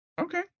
Okay